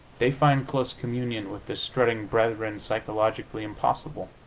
they find close communion with the strutting brethren psychologically impossible.